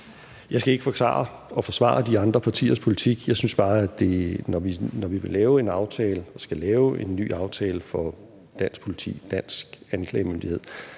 Jeg skal ikke forklare og forsvare de andre partiers politik. Jeg synes bare, at når vi vil lave en aftale og skal lave en ny aftale for dansk politi og dansk anklagemyndighed,